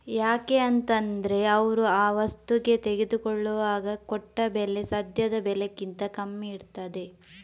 ಯಾಕೆ ಅಂತ ಅಂದ್ರೆ ಅವ್ರು ಆ ವಸ್ತುಗೆ ತೆಗೆದುಕೊಳ್ಳುವಾಗ ಕೊಟ್ಟ ಬೆಲೆ ಸದ್ಯದ ಬೆಲೆಗಿಂತ ಕಮ್ಮಿ ಇರ್ತದೆ